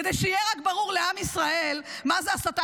כדי שיהיה רק ברור לעם ישראל מה זה הסתה